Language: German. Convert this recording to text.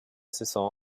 saison